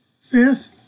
Fifth